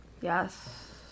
Yes